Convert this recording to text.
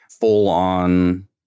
full-on